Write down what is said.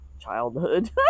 childhood